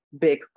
big